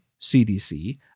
CDC